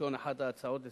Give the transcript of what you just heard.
כלשון אחת ההצעות לסדר-היום,